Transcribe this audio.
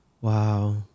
Wow